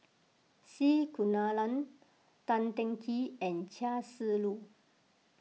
C Kunalan Tan Teng Kee and Chia Shi Lu